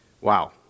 Wow